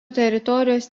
teritorijos